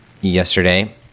yesterday